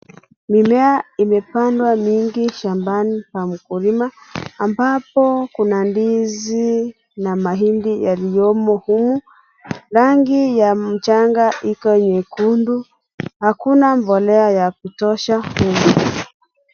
Mimea imepandwa mingi shambani pa mkulima. Ambapo kuna ndizi na mahindi yaliyomo humu. Rangi ya mchanga iko nyekundu. Hakuna mbolea ya kutosha humu.